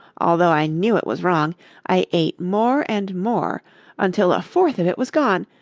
although i knew it was wrong i ate more and more until a fourth of it was gone,